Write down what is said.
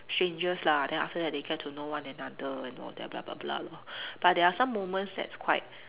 strangers lah then after that they get to know one another and all that lor but there are some moments that's quite